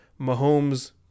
Mahomes